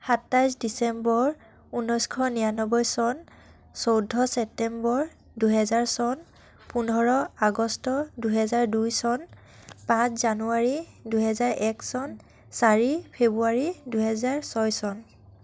সাতাইছ ডিচেম্বৰ ঊনৈছশ নিৰান্নবৈ চন চৈধ্য ছেপ্টেম্বৰ দুহেজাৰ চন পোন্ধৰ আগষ্ট দুহেজাৰ দুই চন পাঁচ জানুৱাৰী দুহেজাৰ এক চন চাৰি ফেব্ৰুৱাৰী দুহেজাৰ ছয় চন